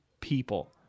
people